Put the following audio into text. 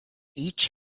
each